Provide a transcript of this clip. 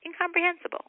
incomprehensible